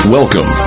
Welcome